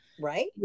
Right